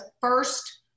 first